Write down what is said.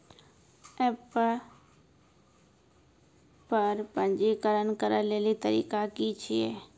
App पर पंजीकरण करै लेली तरीका की छियै?